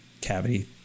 cavity